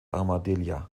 armadilha